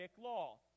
law